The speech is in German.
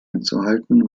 einzuhalten